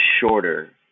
shorter